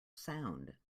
sound